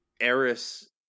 Eris